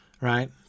Right